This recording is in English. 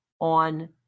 on